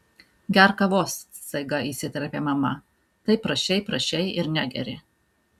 gerk kavos staiga įsiterpė mama taip prašei prašei ir negeri